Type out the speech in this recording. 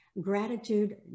Gratitude